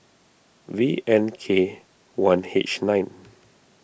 V N K one H nine